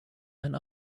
and